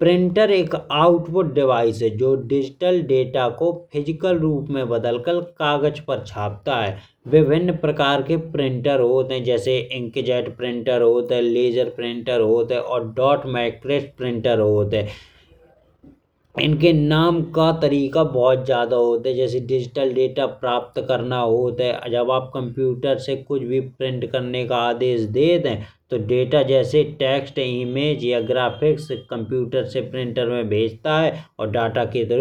प्रिंटर एक output device हैं। जॉन की डिजिटल डेटा को भौतिक रूप में बदलकर कागज पर छापता हैं। विभिन्न प्रकार के प्रिंटर होत हैं जैसे की इंकजेट प्रिंटर होत हैं लेजर प्रिंटर होत हैं। और डॉट मैट्रिक्स प्रिंटर होत हैं इनके नाम को तरीका बहुत ज्यादा होत हैं। जैसे की डिजिटल डेटा प्राप्त करना होत है। और जब आप कंप्यूटर से कुछ भी प्रिंट करने का आदेश देते हैं। तो डेटा जैसे टेक्स्ट इमेज या ग्राफिक्स कंप्यूटर से प्रिंटर में भेजता हैं। और डेटा के थ्रू यूएसबी के माध्यम से निकल आता है कागज।